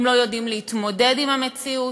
הם לא יודעים להתמודד עם המציאות.